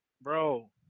Bro